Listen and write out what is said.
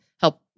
help